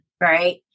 Right